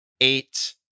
eight